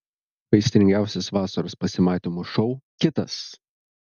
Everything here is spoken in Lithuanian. aistringiausias vasaros pasimatymų šou kitas